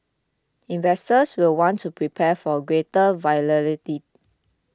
investors will want to prepare for greater volatility